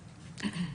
בבקשה.